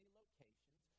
locations